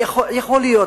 יכול להיות,